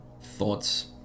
thoughts